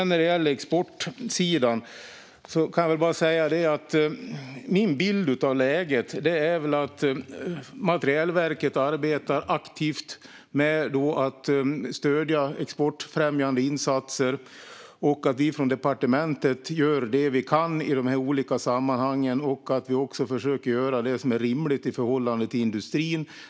När det gäller exportsidan kan jag bara säga att min bild av läget är att materielverket arbetar aktivt med att stödja exportfrämjande insatser och att vi från departementet gör det vi kan i dessa olika sammanhang. Vi försöker också göra det som är rimligt i förhållande till industrin.